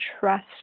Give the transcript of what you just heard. trust